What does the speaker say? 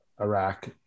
Iraq